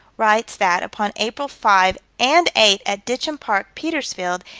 writes that, upon april five and eight, at ditcham park, petersfield,